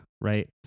right